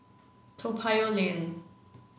Toa Payoh Lane